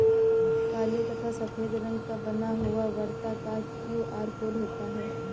काले तथा सफेद रंग का बना हुआ वर्ताकार क्यू.आर कोड होता है